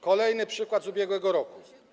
Kolejny przykład z ubiegłego roku.